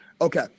Okay